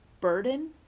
burden